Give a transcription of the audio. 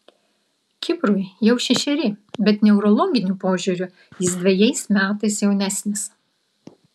kiprui jau šešeri bet neurologiniu požiūriu jis dvejais metais jaunesnis